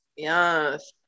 Yes